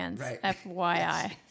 FYI